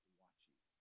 watching